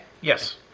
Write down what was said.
Yes